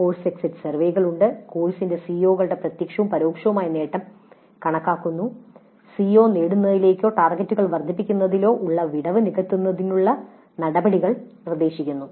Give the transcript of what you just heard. course exit സർവേകളുണ്ട് കോഴ്സിന്റെ സിഒകളുടെ പ്രത്യക്ഷവും പരോക്ഷവുമായ നേട്ടം കണക്കാക്കുന്നു സിഒ നേടുന്നതിലോ ടാർഗെറ്റുകൾ വർദ്ധിപ്പിക്കുന്നതിലോ ഉള്ള വിടവ് നികത്തുന്നതിനുള്ള നടപടികൾ നിർദ്ദേശിക്കുന്നു